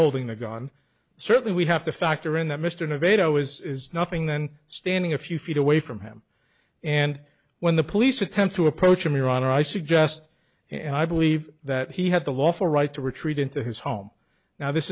holding the gun certainly we have to factor in that mr innovator was nothing then standing a few feet away from him and when the police attempt to approach him your honor i suggest and i believe that he had the lawful right to retreat into his home now this